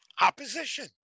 opposition